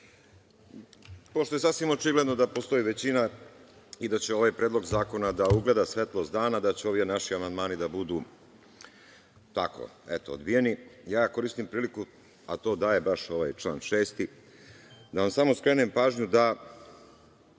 Pošto je sasvim očigledno da postoji većina i da će ovaj predlog zakona da ugleda svetlost dana, da će ovi naši amandmani da budu tako odbijeni, koristim priliku, a to daje baš član 6, da vam samo skrenem pažnju da